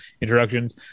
introductions